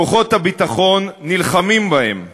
כוחות הביטחון נלחמים בהם,